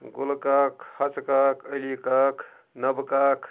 گُلہٕ کاک حَسہٕ کاک علی کاک نَبہٕ کاک